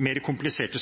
mer kompliserte